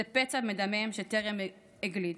זה פצע מדמם שטרם הגליד.